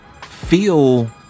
feel